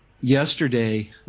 Yesterday